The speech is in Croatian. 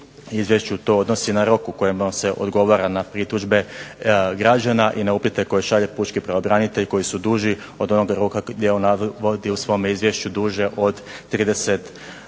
izvješću to odnosi na rok u kojem vam se odgovara na pritužbe građana i na upite koje šalje pučki pravobranitelj koji su duži od onog roka gdje on vodi u svome izvješću duže od 30 dana.